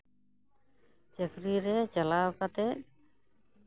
ᱪᱟᱹᱠᱨᱤ ᱨᱮ ᱪᱟᱞᱟᱣ ᱠᱟᱛᱮᱫ